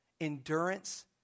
Endurance